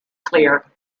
clear